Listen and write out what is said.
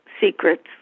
Secrets